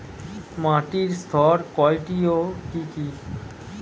মাটির স্তর কয়টি ও কি কি?